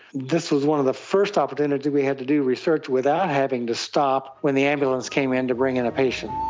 this was one of the first opportunities we had to do research without having to stop when the ambulance came in to bring in a patient.